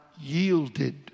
yielded